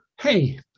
hey